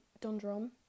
Dundrum